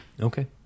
Okay